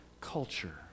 culture